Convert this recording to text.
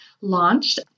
launched